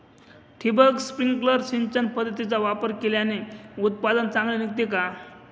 ठिबक, स्प्रिंकल सिंचन पद्धतीचा वापर केल्याने उत्पादन चांगले निघते का?